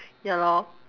ya lor